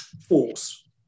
force